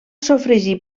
sofregir